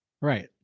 Right